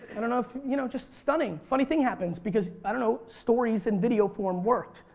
i don't know, you know just stunning, funny things happens because, i don't know, stories in video form, work.